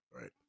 Right